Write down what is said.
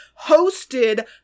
hosted